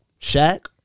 Shaq